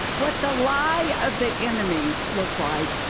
what the lie of the enemy looked like,